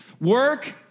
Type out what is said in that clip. work